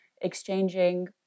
exchanging